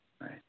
right